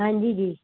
ਹਾਂਜੀ ਜੀ